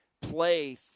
play